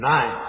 Nine